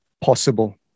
possible